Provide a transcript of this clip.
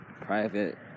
private